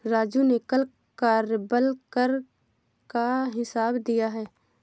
राजू ने कल कार्यबल कर का हिसाब दिया है